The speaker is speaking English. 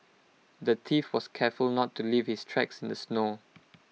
the thief was careful to not leave his tracks in the snow